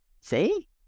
See